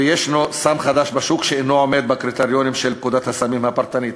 וישנו בשוק סם חדש שאינו עומד בקריטריונים של פקודת הסמים הפרטנית.